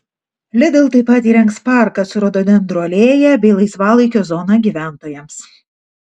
lidl taip pat įrengs parką su rododendrų alėja bei laisvalaikio zona gyventojams